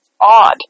odd